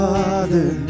Father